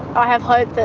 i have hope